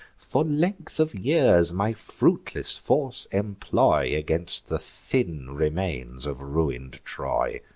for length of years my fruitless force employ against the thin remains of ruin'd troy!